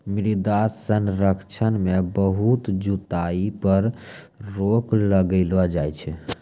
मृदा संरक्षण मे बहुत जुताई पर रोक लगैलो जाय छै